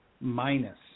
minus